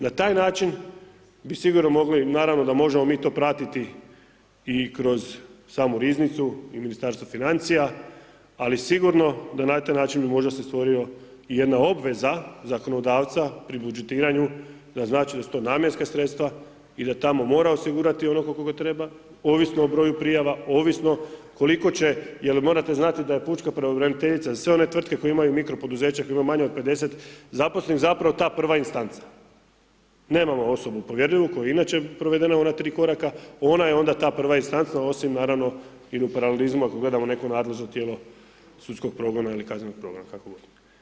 Na taj način bi sigurno mogli naravno da možemo mi to pratiti i kroz samu riznicu i Ministarstvo financija, ali sigurno da na taj način bi možda se stvorio i jedna obveza zakonodavca pri budžetiranju da znači da su to namjenska sredstva i da tamo mora osigurati onoliko koliko treba, ovisno o broju prijava, ovisno koliko će, jer morate znati da je pučka pravobraniteljica za sve one tvrtke koje imaju mikropoduzeće koje ima manje od 50 zaposlenih zapravo ta prva instanca, nemamo osobu povjerljivu koja je inače provedena u ona tri koraka, ona je onda ta prva instanca osim naravno il u paralizmu ako gledamo neko nadležno tijelo sudskog progona ili kaznenog progona, kako god.